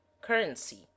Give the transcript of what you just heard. currency